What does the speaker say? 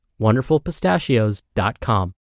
wonderfulpistachios.com